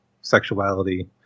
sexuality